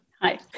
Hi